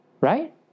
Right